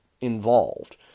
involved